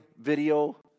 video